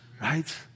right